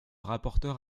rapporteur